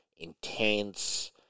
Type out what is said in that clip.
Intense